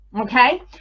Okay